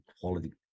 quality